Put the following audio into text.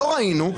לא ראינו,